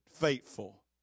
faithful